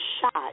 shot